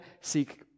seek